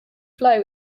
flow